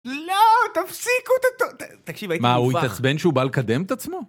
לא, תפסיקו את ה... תקשיב, הייתי מובך. מה, הוא התעצבן שהוא בא לקדם את עצמו?